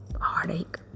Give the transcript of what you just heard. Heartache